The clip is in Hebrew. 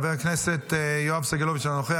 חבר הכנסת יואב סגלוביץ' אינו נוכח,